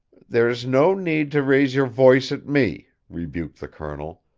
there is no need to raise your voice at me! rebuked the colonel.